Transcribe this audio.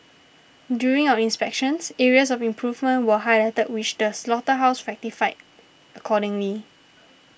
during our inspections areas of improvement were highlighted which the slaughterhouse rectified accordingly